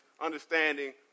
understanding